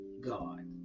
god